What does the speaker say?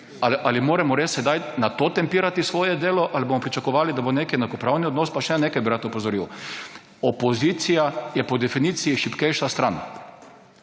Ali moramo res sedaj na to tempirati svoje delo ali bomo pričakovali, da bo nek enakopravni odnos? Pa še nekaj bi rad opozoril. Opozicija je po definiciji šibkejša stran.